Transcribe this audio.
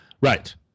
Right